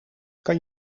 kan